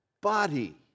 body